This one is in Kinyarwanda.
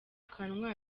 kanwa